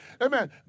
Amen